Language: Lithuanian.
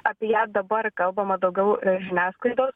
apie ją dabar kalbama daugiau žiniasklaidos